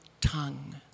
tongue